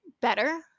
better